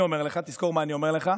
אני אומר לך, תזכור מה אני אומר לך,